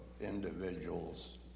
individuals